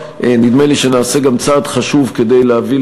נדמה לי שנעשה גם צעד חשוב כדי להביא